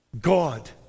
God